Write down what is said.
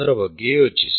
ಅದರ ಬಗ್ಗೆ ಯೋಚಿಸಿ